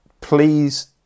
please